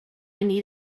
need